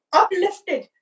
uplifted